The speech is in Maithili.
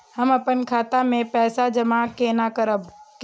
हम अपन खाता मे पैसा जमा केना करब?